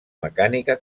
mecànica